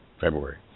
February